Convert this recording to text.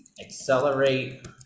Accelerate